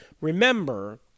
Remember